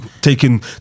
taking